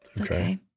Okay